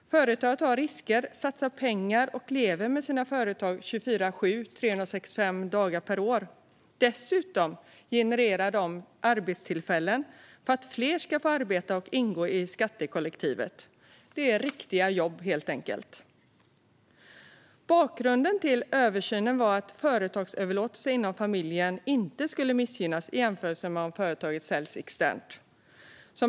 Företagarna tar risker, satsar pengar och lever med sina företag 24:7, 365 dagar per år. Dessutom genererar de arbetstillfällen så att fler får arbeta och ingå i skattekollektivet. Det handlar helt enkelt om riktiga jobb. Bakgrunden till översynen var att företagsöverlåtelser inom familjen inte skulle missgynnas i jämförelse med om företaget säljs externt.